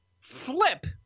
flip